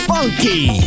Funky